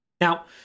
Now